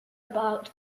about